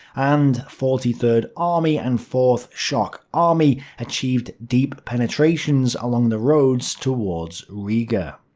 and forty third army and fourth shock army achieved deep penetrations along the roads towards riga.